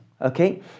okay